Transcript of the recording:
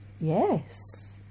Yes